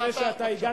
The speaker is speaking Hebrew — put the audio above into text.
לפני שאתה הגעת.